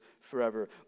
forever